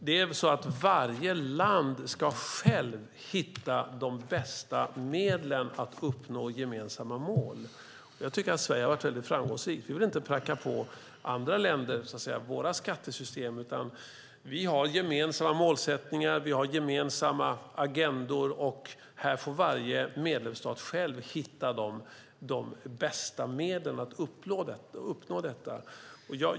Det är så att varje land självt ska hitta de bästa medlen för att uppnå gemensamma mål. Jag tycker att Sverige har varit väldigt framgångsrikt. Vi vill inte pracka på andra länder våra skattesystem, utan vi har gemensamma målsättningar och gemensamma agendor och varje medlemsstat får själv hitta de bästa medlen för att uppnå dem.